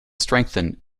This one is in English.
strengthen